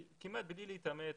כמעט בלי להתאמץ,